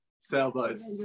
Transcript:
sailboats